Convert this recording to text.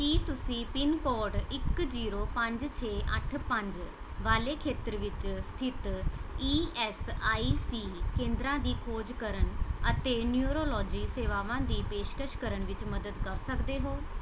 ਕੀ ਤੁਸੀਂ ਪਿੰਨਕੋਡ ਇੱਕ ਜੀਰੋ ਪੰਜ ਛੇ ਅੱਠ ਪੰਜ ਵਾਲੇ ਖੇਤਰ ਵਿੱਚ ਸਥਿਤ ਈ ਐੱਸ ਆਈ ਸੀ ਕੇਂਦਰਾਂ ਦੀ ਖੋਜ ਕਰਨ ਅਤੇ ਨਿਊਰੋਲੋਜੀ ਸੇਵਾਵਾਂ ਦੀ ਪੇਸ਼ਕਸ਼ ਕਰਨ ਵਿੱਚ ਮਦਦ ਕਰ ਸਕਦੇ ਹੋ